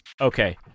Okay